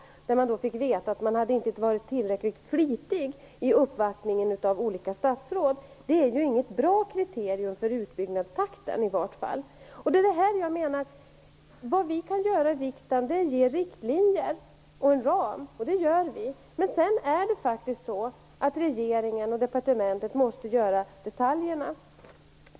De fick då veta att de inte varit tillräckligt flitiga i uppvaktningen av olika statsråd. Det är inget bra kriterium, åtminstone inte för utbyggnadstakten. Det riksdagen kan göra är att ge riktlinjer och en ram, och det görs också. Men sedan måste faktiskt regeringen och departementet åtgärda detaljerna.